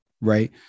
right